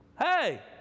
hey